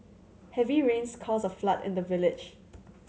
heavy rains caused a flood in the village